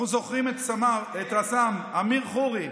אנחנו זוכרים את רס"מ אמיר חורי,